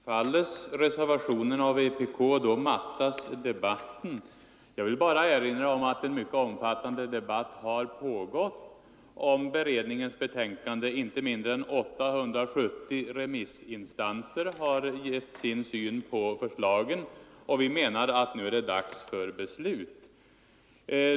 Herr talman! Herr Johansson i Trollhättan säger att bifalles reservationen av vpk mattas debatten. Jag vill bara erinra om att en mycket omfattande debatt har pågått om beredningens betänkande. Inte mindre än 870 remissinstanser har givit sin syn på förslaget, och vi menar att nu är det dags för ett beslut.